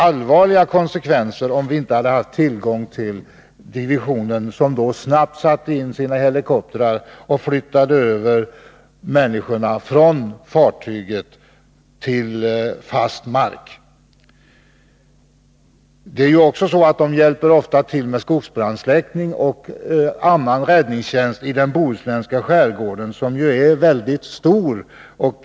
Bara under årets första åtta månader svarade helikoptrarna för drygt 25 sådana uppgifter avseende bärgning av sjöfarande, transport av brännskadade, medverkan i skogsbrandsläckning etc.